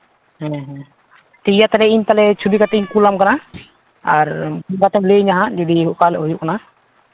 ᱦᱮᱸ ᱦᱮᱸ ᱴᱷᱤᱠ ᱜᱮᱭᱟ ᱛᱟᱦᱚᱞᱮ ᱤᱧ ᱛᱟᱦᱚᱞᱮ ᱪᱷᱚᱵᱤ ᱠᱟᱛᱮ ᱤᱧ ᱠᱩᱞ ᱟᱢ ᱠᱟᱱᱟ ᱟᱨ ᱯᱷᱳᱱ ᱠᱟᱛᱮᱢ ᱞᱟᱹᱭ ᱤᱧᱟ ᱦᱟᱸᱜ ᱡᱩᱫᱤ ᱚᱠᱟ ᱦᱤᱞᱳᱜ ᱦᱩᱭᱩᱜ ᱠᱟᱱᱟ